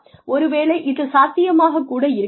ஒருவேளை இது சாத்தியமாகக் கூட இருக்கலாம்